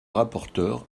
rapporteur